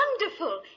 Wonderful